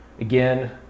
Again